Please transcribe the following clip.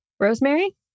Rosemary